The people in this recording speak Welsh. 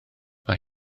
mae